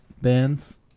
bands